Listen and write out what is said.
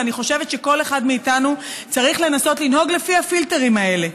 ואני חושבת שכל אחד מאיתנו צריך לנסות לנהוג לפי הפילטרים האלה.